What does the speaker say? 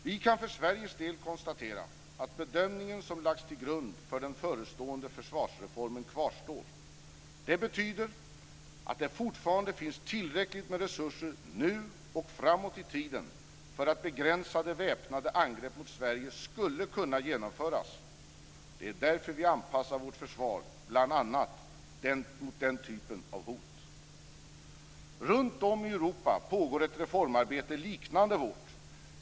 Vi kan för Sveriges del konstatera att bedömningen som lagts till grund för den förestående försvarsreformen kvarstår. Det betyder att det fortfarande finns tillräckligt med resurser nu och framåt i tiden för att begränsade väpnade angrepp mot Sverige ska kunna genomföras. Det är därför vi anpassar vårt försvar bl.a. till den typen av hot. Runtom i Europa pågår ett reformarbete liknande vårt.